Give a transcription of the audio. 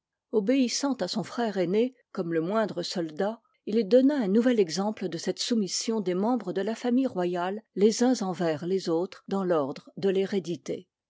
obéissant à son frère aîné comme le moindre soldat il donna un nouvel exemple de cette soumission des membres de la famille royale les uns envers les autres dans l'ordre de